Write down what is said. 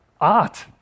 art